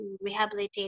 rehabilitating